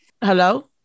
Hello